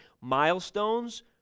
milestones